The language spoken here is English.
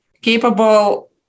capable